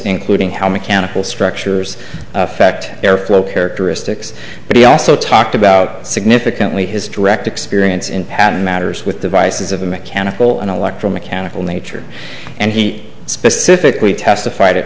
including how mechanical structures affect airflow characteristics but he also talked about significantly his direct experience in patent matters with devices of a mechanical and electromechanical nature and he specifically testified at